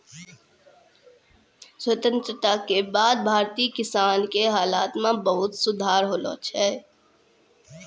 स्वतंत्रता के बाद भारतीय किसान के हालत मॅ बहुत सुधार होलो छै